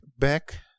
back